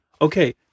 Okay